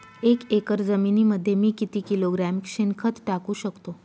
एक एकर जमिनीमध्ये मी किती किलोग्रॅम शेणखत टाकू शकतो?